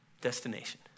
destination